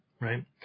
Right